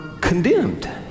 condemned